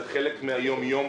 זה חלק מהיום יום.